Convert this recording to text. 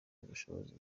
ubushobozi